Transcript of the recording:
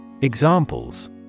Examples